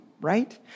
right